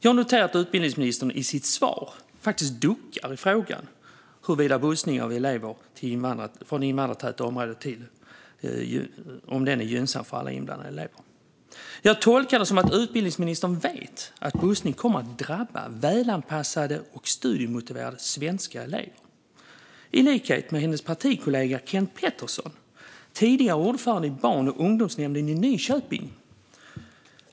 Jag noterar att utbildningsministern i sitt svar duckar för frågan huruvida bussning av elever från invandrartäta områden är gynnsam för alla inblandade elever. Jag tolkar det som att utbildningsministern vet att bussning kommer att drabba välanpassade och studiemotiverade svenska elever, i likhet med hennes partikollega Kent Pettersson som tidigare var ordförande i barn och ungdomsnämnden i Nyköping.